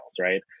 right